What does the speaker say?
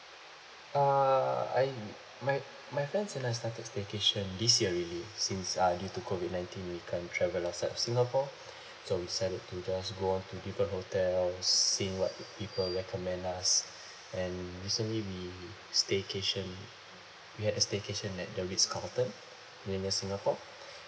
uh I my my friends and I started staycation this year really since uh due to COVID nineteen we can't travel outside of singapore so we decided to just go on to different hotels see what people recommend us and recently we staycation we had a staycation at the ritz carlton millenia singapore